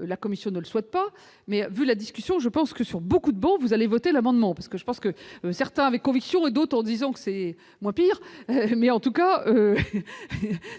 la commission de le souhaite pas, mais vu la discussion, je pense que sur beaucoup de bancs, vous allez voter l'amendement parce que je pense que certains avec conviction et d'autres en disant que c'est moins pire. Mais en tout cas